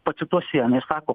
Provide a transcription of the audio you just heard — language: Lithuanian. pacituosiu ją jinai sako